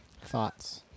Thoughts